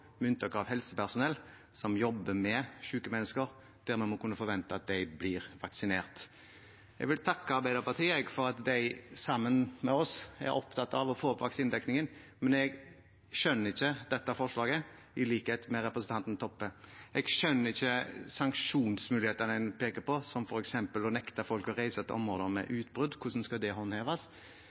unntak av for helsepersonell som jobber med syke mennesker. Vi må kunne forvente at de blir vaksinert. Jeg vil takke Arbeiderpartiet for at de sammen med oss er opptatt av å få opp vaksinedekningen, men jeg skjønner ikke dette forslaget, i likhet med representanten Toppe. Jeg skjønner ikke sanksjonsmulighetene en peker på, som f.eks. å nekte folk å reise til områder med utbrudd. Hvordan skal det håndheves?